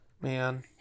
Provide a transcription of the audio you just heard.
Man